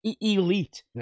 elite